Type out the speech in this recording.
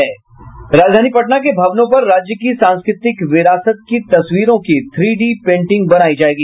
राजधानी पटना के भवनों पर राज्य की सांस्कृतिक विरासत की तस्वीरों की थ्री डी पेंटिंग बनायी जायेगी